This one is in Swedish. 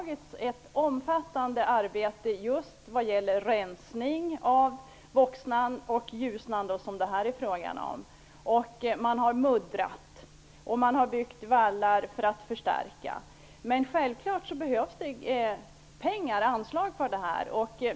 Ett omfattande arbete har utförts när det gäller rensning av Voxnan och Ljusnan som det här är frågan om. Man har muddrat och byggt vallar för att förstärka. Självklart behövs det pengar; det behövs anslag.